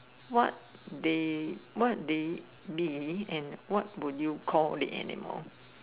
what they what they mean and what will you call an animal